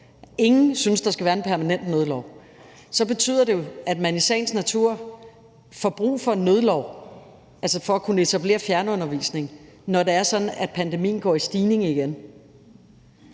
ingen synes, at der skal være en permanent nødlov – så betyder det, at man i sagens natur får brug for en nødlov for at kunne etablere fjernundervisning, når det er sådan, at pandemien går i stigning igen.